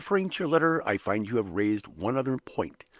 on referring to your letter, i find you have raised one other point,